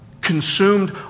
consumed